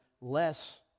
less